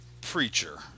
Preacher